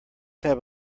have